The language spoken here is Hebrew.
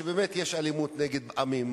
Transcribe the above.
שבאמת יש אלימות נגד עמים,